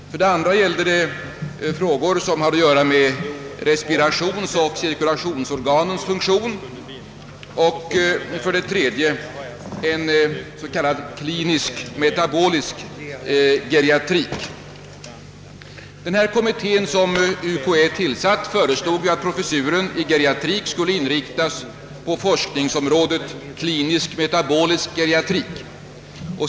För det andra gällde det frågor angående respirationsoch = cirkulationsorganens funktion. För det tredje gällde det s.k. klinisk-metabolisk geriatrik. Den kommitté som UKA tillsatt föreslog, att en professur i geriatrik skulle inriktas på forskningsområdet klinisk-metabolisk = geriatrik.